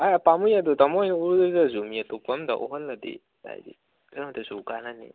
ꯄꯥꯝꯃꯨꯏ ꯑꯗꯨ ꯇꯥꯃꯣ ꯍꯣꯏꯅ ꯎꯔꯨꯗ꯭ꯔꯁꯨ ꯃꯤ ꯑꯇꯣꯞꯄ ꯑꯃꯗ ꯎꯍꯜꯂꯗꯤ ꯍꯥꯏꯗꯤ ꯀꯩꯅꯣꯝꯇꯁꯨ ꯀꯥꯟꯅꯅꯤ